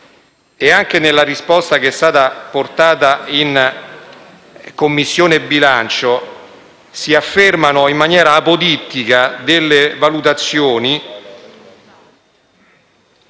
Anche nella risposta portata in Commissione bilancio si affermano in maniera apodittica delle valutazioni.